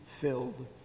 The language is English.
filled